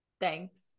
Thanks